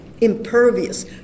impervious